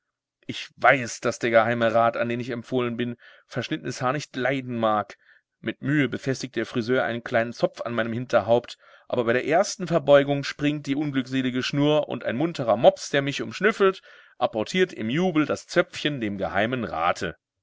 ich weiß daß der geheime rat an den ich empfohlen bin verschnittenes haar nicht leiden mag mit mühe befestigt der friseur einen kleinen zopf an meinem hinterhaupt aber bei der ersten verbeugung springt die unglückselige schnur und ein munterer mops der mich umschnüffelt apportiert im jubel das zöpfchen dem geheimen rate